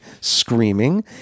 screaming